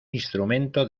instrumento